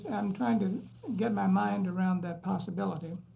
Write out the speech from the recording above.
i'm trying to get my mind around that possibility.